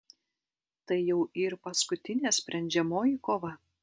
tai jau yr paskutinė sprendžiamoji kova